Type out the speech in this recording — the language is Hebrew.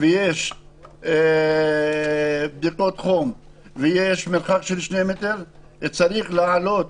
יש בדיקות חום ויש מרחק של שני מטר, צריך להעלות